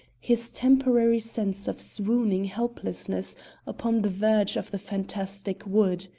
his temporary sense of swooning helplessness upon the verge of the fantastic wood.